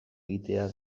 egitea